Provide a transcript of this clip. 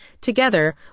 Together